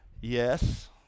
Yes